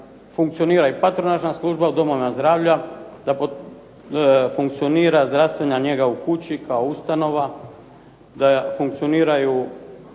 funkcionira i patronažna služba u domovima zdravlja, da funkcionira zdravstvena njega u kući kao ustanova, da funkcioniraju